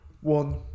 one